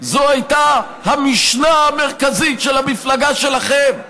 זו הייתה המשנה המרכזית של המפלגה שלכם.